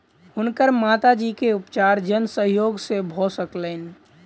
हुनकर माता जी के उपचार जन सहयोग से भ सकलैन